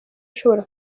ishobora